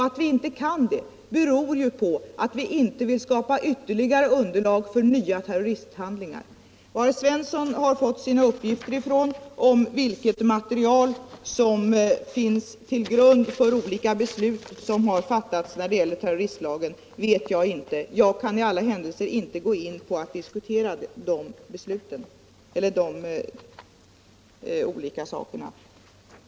Att vi inte kan göra det beror på att vi inte vill skapa underlag för nya terroristhandlingar. Var herr Svensson har fått sina uppgifter ifrån om vilket material som ligger till grund för olika beslut som har fattats enligt terroristlagen vet jag inte, men jag kan i alla händelser inte diskutera de besluten eller dessa olika uppgifter.